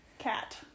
cat